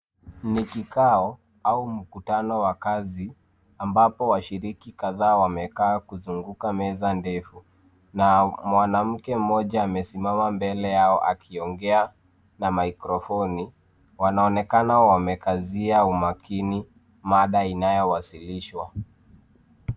Ni kikao, au mukutano wa kazi ambapo washiriki kadhaa wamekaa kuuznguka meza ndefu. Na mwanamke moja amesimama mbele yao akiongea na maikrofoni, wanaonekana wamekazia umakini mada inayowasiishwa.